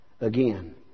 Again